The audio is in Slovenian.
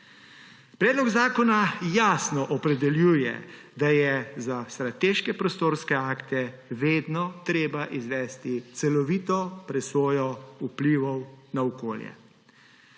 Predlog zakona jasno opredeljuje, da je za strateške prostorske akte vedno treba izvesti celovito presojo vplivov na okolje.